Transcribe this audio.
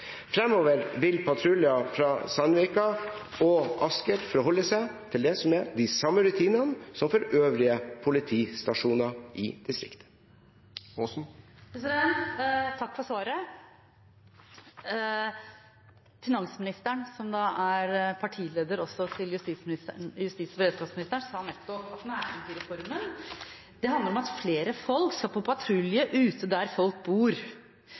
Fremover vil patruljer fra Sandvika og Asker forholde seg til det som er de samme rutinene som for øvrige politistasjoner i distriktet. Takk for svaret. Finansministeren, som er partileder også for justis- og beredskapsministeren, sa nettopp at nærpolitireformen handler om at flere folk skal ut på patrulje der folk bor.